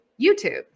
YouTube